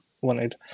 wanted